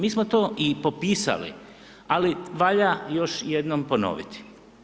Mi smo to i popisali ali valja još jednom ponoviti.